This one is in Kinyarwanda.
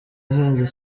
ihenze